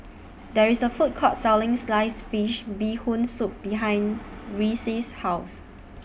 There IS A Food Court Selling Sliced Fish Bee Hoon Soup behind Reece's House